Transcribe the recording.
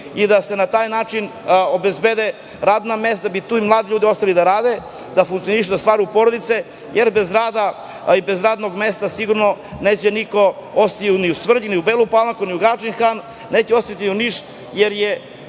i da se na taj način obezbedila radna mesta kako bi mladi ljudi ostali tu da rade, funkcionišu i da stvaraju porodice, jer bez rada i bez radnog mesta sigurno neće niko ostati ni u Srvljigu, ni u Belu Palanku, ni u Gadžin Han, neće ostati ni u Nišu, jer je